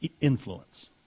Influence